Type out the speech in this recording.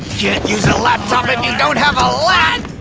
can't use a laptop if you don't have a lap!